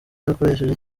yakoresheje